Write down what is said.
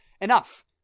enough